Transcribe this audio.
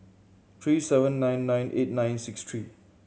three seven nine nine eight nine six three